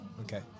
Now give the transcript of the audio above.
Okay